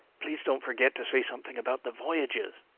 please don't forget to say something about the voyages.